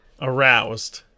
Aroused